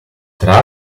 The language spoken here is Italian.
tra